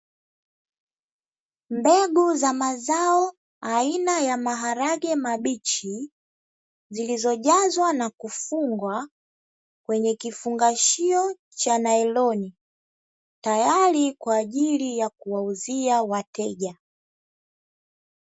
Mbegu za mazao aina ya maharage mabichi zilizojazwa na kufungwa kwenye kifungashio cha nailoni, tayari kwaajili ya kuwauzia wateja.